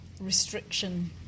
restriction